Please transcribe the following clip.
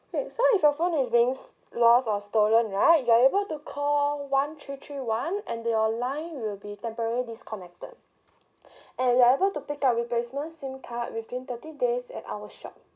K so if your phone is being lost or stolen right you are able to call one three three one and your line will be temporary disconnected and you are able to pick up replacement SIM card within thirty days at our shop